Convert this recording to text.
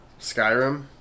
Skyrim